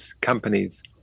companies